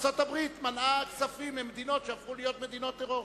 ארצות-הברית מנעה כספים ממדינות שהפכו להיות מדינות טרור.